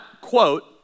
quote